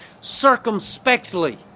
circumspectly